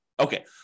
Okay